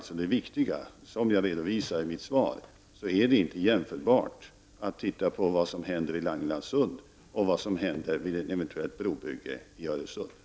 Som jag redovisar i mitt svar är vad som händer i Langelandssund inte jämförbart med vad som händer vid ett eventuellt brobygge i Öresund.